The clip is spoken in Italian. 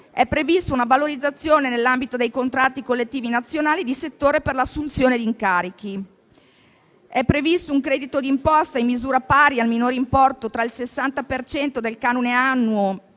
è prevista una valorizzazione nell'ambito dei contratti collettivi nazionali di settore per l'assunzione di incarichi; sono previsti un credito d'imposta in misura pari al minor importo tra il 60 per cento del canone annuo